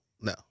no